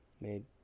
made